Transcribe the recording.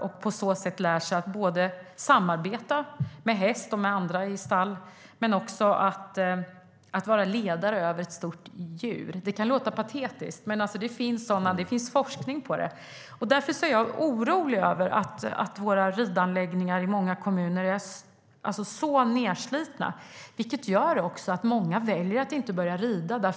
De har på så sätt lärt sig att samarbeta med häst och andra i stall men också att vara ledare över ett stort djur. Det kan låta patetiskt, men det finns forskning på det. Därför är jag orolig över att våra ridanläggningar i många kommuner är så nedslitna. Det gör att många väljer att inte börja rida.